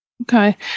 Okay